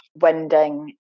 winding